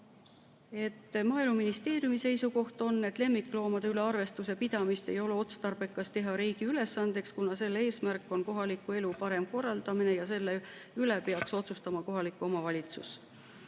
Maaeluministeeriumi seisukoht on, et lemmikloomade üle arvestuse pidamist ei ole otstarbekas teha riigi ülesandeks, sest selle eesmärk on kohaliku elu parem korraldamine ja selle üle peaks otsustama kohalik omavalitsus.